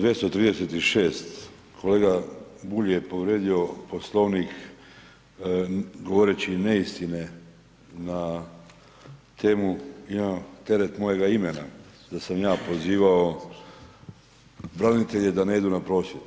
236. kolega Bulj je povrijedio Poslovnik govoreći neistine na temu ... teret mojega imena, da sam ja pozivao branitelje da ne idu na prosvjed.